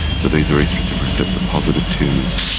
so these are oestrogen receptor positive tumours.